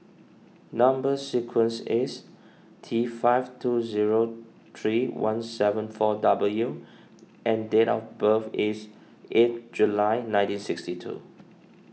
Number Sequence is T five two zero three one seven four W and date of birth is eighth July nineteen sixty two